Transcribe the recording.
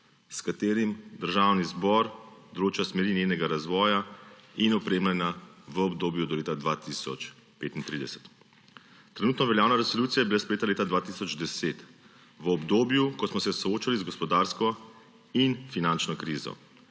s katerim Državni zbor določa smeri njenega razvoja in opremljanja v obdobju do leta 2035. Trenutno veljana resolucija je bila sprejeta leta 2010 v obdobju, ko smo se soočali z gospodarsko in finančno krizo.